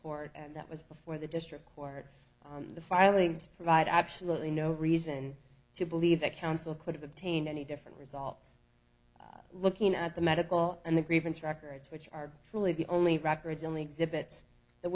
scored and that was before the district court the filings provide absolutely no reason to believe that counsel could have obtained any different results looking at the medical and the grievance records which are truly the only records only exhibits that